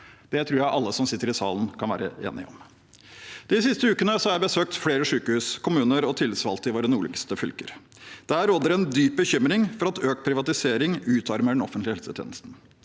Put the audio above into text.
Det tror jeg alle som sitter i salen, kan være enig i. De siste ukene har jeg besøkt flere sykehus, kommuner og tillitsvalgte i våre nordligste fylker. Der råder en dyp bekymring for at økt privatisering utarmer den offentlige helsetjenesten.